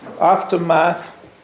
aftermath